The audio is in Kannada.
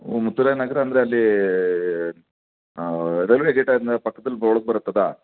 ಓ ಮುತ್ತುರಾಯನಗರ ಅಂದರೆ ಅಲ್ಲಿ ರೈಲ್ವೆ ಗೇಟ್ ಆದ ಮೇಲೆ ಪಕ್ಕದಲ್ಲಿ ಒಳಗೆ ಬರತ್ತೆ ಅದಾ